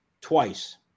twice